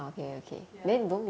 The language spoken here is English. ya